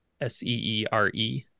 S-E-E-R-E